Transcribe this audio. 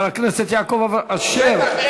בטח.